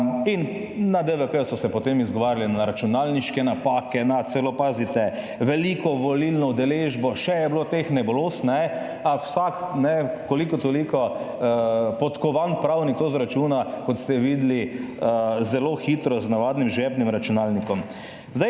na DVK so se potem izgovarjali na računalniške napake, na celo, pazite, veliko volilno udeležbo, še je bilo teh, neboloz, a vsak, koliko toliko podkovan pravnik to izračuna, kot ste videli, zelo hitro z navadnim žepnim računalnikom.